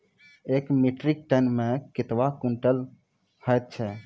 एक metric ton मे कतवा क्वींटल हैत छै?